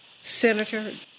Senator